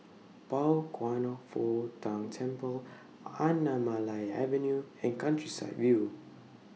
Pao Kwan Foh Tang Temple Anamalai Avenue and Countryside View